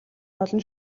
болно